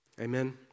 Amen